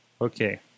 Okay